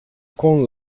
com